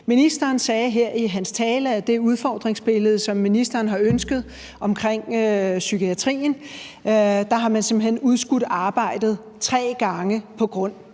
i sin tale her med hensyn til det udfordringsbillede, som ministeren har ønsket omkring psykiatrien, at man simpelt hen har udskudt arbejdet tre gange på grund